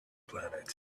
planet